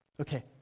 Okay